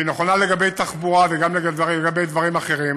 שהיא נכונה לגבי תחבורה וגם לגבי דברים אחרים,